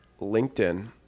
linkedin